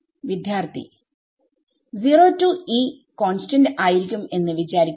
വിദ്യാർത്ഥി 0 to E constant ആയിരിക്കും എന്ന് വിചാരിക്കുക